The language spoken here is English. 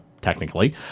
technically